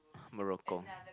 Moroco